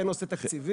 זה כן נושא תקציבי.